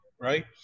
Right